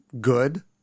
good